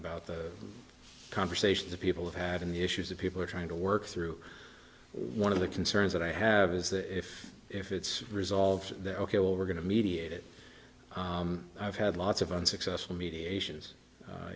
about the conversations that people have had in the issues that people are trying to work through one of the concerns that i have is that if if it's resolved that ok we're going to mediate it i've had lots of unsuccessful mediation